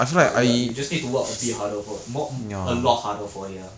but you're you just need to work a bit harder for it more a lot harder for it lah